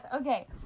Okay